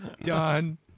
Done